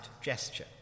gesture